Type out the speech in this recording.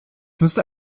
müsste